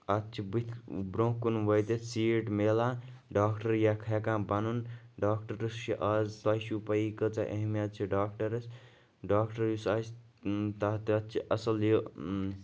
اَتھ چھُ بٕتھہِ برونٛہہ کُن وٲتِتھ سیٖٹ مِلان ڈاکٹر یَتھ ہیٚکان پَنُن ڈاکٹرَس چھُ آز تۄہہِ تۄہہِ چھو پَیی کٲژاہ اہمیت چھےٚ ڈاکٹرَس ڈاکٹر یُس آسہِ تَتھ چھُ اَصٕل یہِ